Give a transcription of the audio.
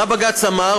מה בג"ץ אמר?